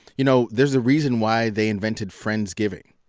you know, there's a reason why they invented friendsgiving.